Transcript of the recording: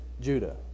Judah